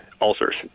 ulcers